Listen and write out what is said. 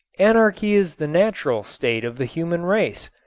anarchy is the natural state of the human race.